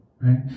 right